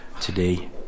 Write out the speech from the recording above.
today